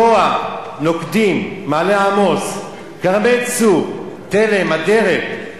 תקוע, נוקדים, מעלה-עמוס, כרמי-צור, תלם, אדרת,